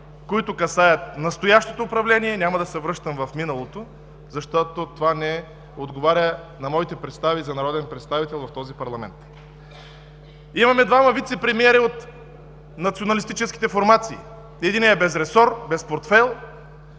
които касаят настоящото управление – няма да се връщам в миналото, защото това не отговаря на моите представи за народен представител в този парламент. Имаме двама вицепремиери от националистическите формации. Единият е без ресор, без портфейл